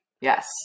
Yes